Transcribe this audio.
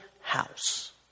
house